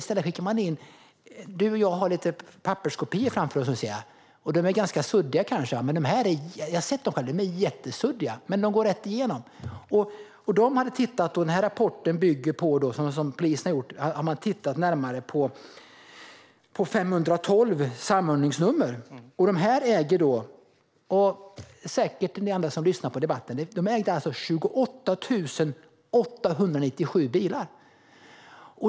I stället skickar man in papperskopior. Jag ser att både statsrådet och jag har papperskopior framför oss, och de är kanske ganska suddiga. Men dessa som skickas in är jättesuddiga - jag har sett dem själv - och går ändå rätt igenom. I den rapport som polisen har gjort har man tittat närmare på 512 samordningsnummer. För er som lyssnar på debatten vill jag berätta att dessa ägde 28 897 bilar.